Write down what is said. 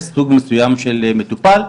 סוג מסוים של מטופל,